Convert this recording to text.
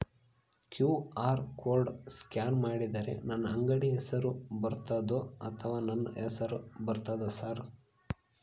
QR code scan ಮಾಡಿದರೆ ನನ್ನ ಅಂಗಡಿ ಹೆಸರು ಬರ್ತದೋ ಅಥವಾ ನನ್ನ ಹೆಸರು ಬರ್ತದ ಸರ್?